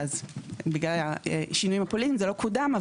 ובגלל השינויים הפוליטיים זה לא קודם,